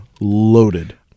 loaded